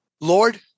Lord